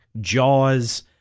Jaws